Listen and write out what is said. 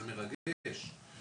וזה מרגש,